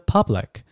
Public